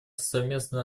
совместную